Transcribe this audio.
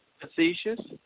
facetious